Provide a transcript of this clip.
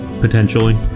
potentially